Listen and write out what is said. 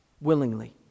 Willingly